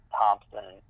Thompson